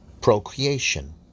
procreation